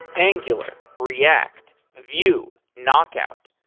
angular, react, view, knockout.